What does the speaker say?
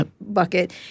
bucket